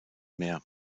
mehr